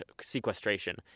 sequestration